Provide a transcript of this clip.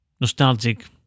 nostalgic